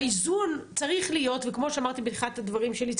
האיזון צריך להיות וכמו שאמרתי בתחילת הדברים שלי,